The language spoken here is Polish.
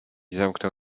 zamknął